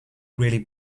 really